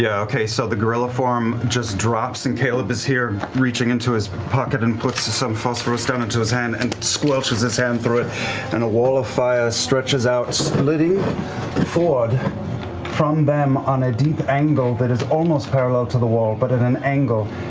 okay, so the gorilla form just drops and caleb is here reaching into his pocket and puts some phosphorous down into his hand and squelches his hand through it and a wall of fire stretches out, splitting fjord from them on a deep angle that is almost parallel to the wall, but at an angle,